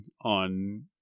on